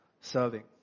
serving